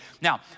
Now